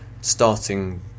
starting